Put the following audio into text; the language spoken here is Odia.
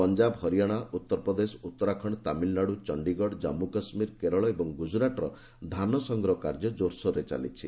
ପଞ୍ଜାବ ହରିୟାଣା ଉତ୍ତର ପ୍ରଦେଶ ଉତ୍ତରାଖଣ୍ଡ ତାମିଲ୍ନାଡୁ ଚଣ୍ଡିଗଡ଼ ଜମ୍ମୁ ଓ କାଶ୍ମୀର କେରଳ ଏବଂ ଗ୍ରଜ୍ତରାଟ୍ର ଧାନ ସଂଗ୍ରହ କାର୍ଯ୍ୟ କୋର୍ସୋର୍ରେ ଚାଲିଛି